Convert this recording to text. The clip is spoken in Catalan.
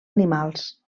animals